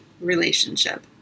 relationship